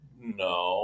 no